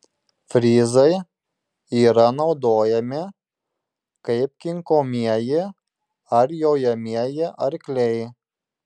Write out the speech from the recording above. fryzai yra naudojami kaip kinkomieji ar jojamieji arkliai